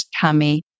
tummy